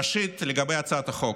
ראשית, לגבי הצעת החוק,